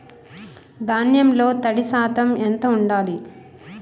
ధాన్యంలో తడి శాతం ఎంత ఉండాలి?